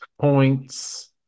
points